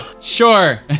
Sure